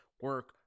Work